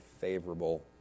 favorable